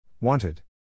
Wanted